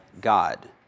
God